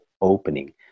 opening